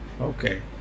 Okay